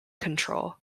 control